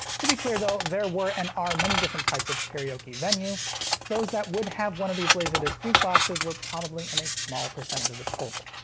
to be clear, though, there were and are many different types of karaoke venue those that would have one of the laserdisc jukeboxes were probably in a small percentage of the total.